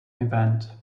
event